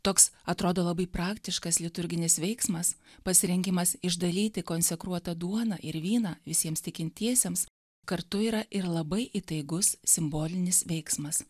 toks atrodo labai praktiškas liturginis veiksmas pasirinkimas išdalyti konsekruotą duoną ir vyną visiems tikintiesiems kartu yra ir labai įtaigus simbolinis veiksmas